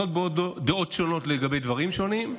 יכולות להיות בו דעות שונות לגבי דברים שונים,